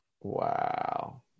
Wow